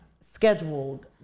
scheduled